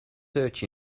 search